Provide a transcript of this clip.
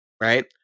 right